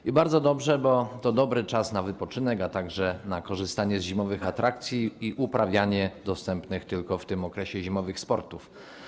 I bardzo dobrze, bo to dobry czas na wypoczynek, a także na korzystanie z zimowych atrakcji i uprawianie dostępnych tylko w tym okresie zimowych sportów.